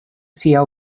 sia